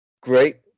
Great